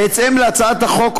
בהתאם להצעת החוק,